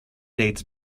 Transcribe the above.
dates